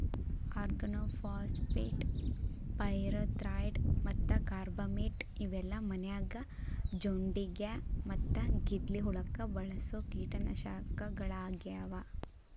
organophosphate, pyrethroid ಮತ್ತ carbamate ಇವೆಲ್ಲ ಮನ್ಯಾಗ ಜೊಂಡಿಗ್ಯಾ ಮತ್ತ ಗೆದ್ಲಿ ಹುಳಕ್ಕ ಬಳಸೋ ಕೇಟನಾಶಕಗಳಾಗ್ಯಾವ